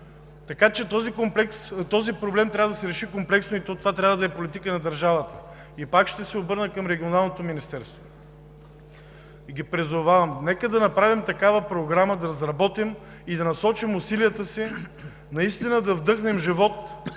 няма. Този проблем трябва да се реши комплексно и това трябва да е политика на държавата. Пак ще се обърна към Регионалното министерство и ще ги призова: нека да разработим такава програма и по този начин да насочим усилията си и да вдъхнем живот